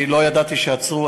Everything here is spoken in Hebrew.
אני לא ידעתי שעצרו,